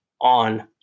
on